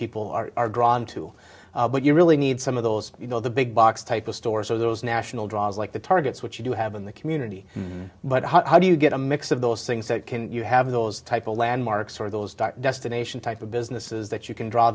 people are drawn to but you really need some of those you know the big box type of stores so those national draws like the targets which you do have in the community but how do you get a mix of those things that can you have those type of landmarks or those dark destination type of businesses that you can draw